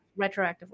retroactively